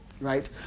Right